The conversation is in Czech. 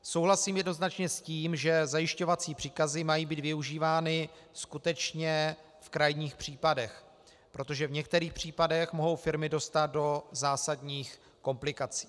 Souhlasím jednoznačně s tím, že zajišťovací příkazy mají být využívány skutečně v krajních případech, protože v některých případech mohou firmy dostat do zásadních komplikací.